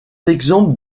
exemples